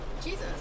Jesus